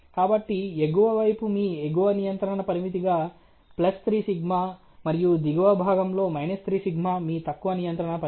కాబట్టి ఎగువ వైపు మీ ఎగువ నియంత్రణ పరిమితిగా 3σ మరియు దిగువ భాగంలో 3σ మీ తక్కువ నియంత్రణ పరిమితి